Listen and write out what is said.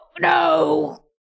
no